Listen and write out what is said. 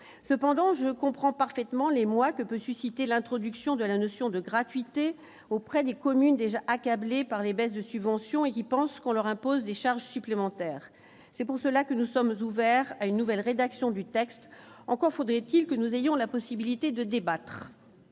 cependant, je comprends parfaitement l'émoi que peut susciter l'introduction de la notion de gratuité auprès des communes déjà accablés par les baisses de subventions et qui pensent qu'on leur impose des charges supplémentaires, c'est pour cela que nous sommes ouverts à une nouvelle rédaction du texte, encore faudrait-il que nous ayons la possibilité de débattre